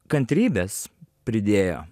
kantrybės pridėjo